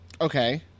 Okay